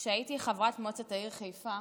כשהייתי חברת מועצת העיר חיפה